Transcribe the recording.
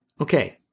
Okay